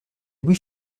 louis